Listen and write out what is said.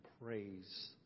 praise